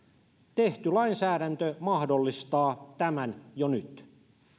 tehty lainsäädäntö mahdollistaa tämän jo nyt